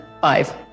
five